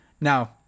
Now